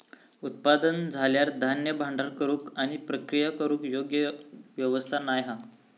उत्पादन झाल्यार धान्य भांडार करूक आणि प्रक्रिया करूक योग्य व्यवस्था नाय हा